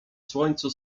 słońcu